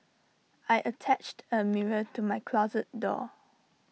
I attached A mirror to my closet door